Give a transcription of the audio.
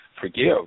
forgive